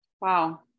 Wow